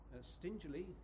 stingily